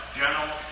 general